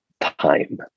time